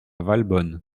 valbonne